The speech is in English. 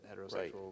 heterosexual